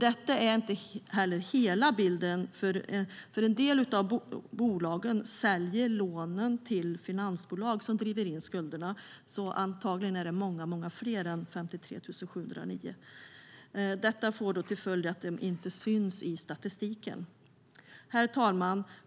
Detta är inte heller hela bilden, för en del av bolagen säljer lånen till finansbolag som driver in skulderna. Detta får till följd att de inte syns i statistiken. Antagligen är det alltså många fler än 53 709. Herr talman!